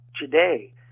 today